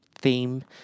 theme